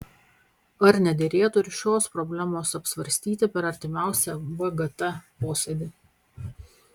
ar nederėtų ir šios problemos apsvarstyti per artimiausią vgt posėdį